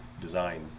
design